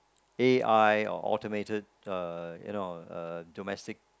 A_I or automated uh you know uh domestic